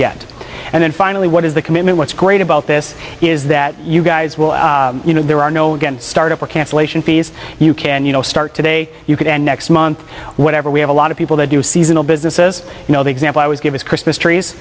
get and then finally what is the commitment what's great about this is that you guys will you know there are no get started for cancellation fees you can you know start today you can and next month whenever we have a lot of people to do seasonal businesses you know the example i was given christmas trees